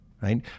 Right